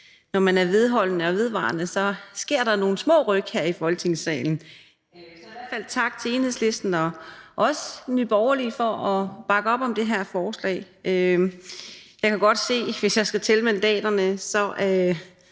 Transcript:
når man vedvarende er vedholdende, sker der nogle små ryk her i Folketingssalen, så i hvert fald tak til Enhedslisten og også Nye Borgerlige for at bakke op om det her forslag. Jeg kan godt se, at hvis jeg skal tælle mandaterne, er